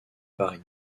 paris